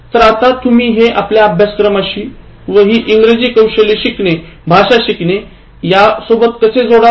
तर आता तुम्ही हे आपल्या अभ्रासक्रमशी व ही इंग्रजी कौशल्ये शिकणे भाषा शिकणे यांसोबत कसे जोडाल